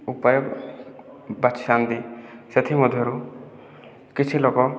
ଉପାୟ ବାଛିଥାନ୍ତି ସେଥିମଧ୍ୟରୁ କିଛି ଲୋକ